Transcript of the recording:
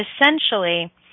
essentially